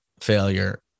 failure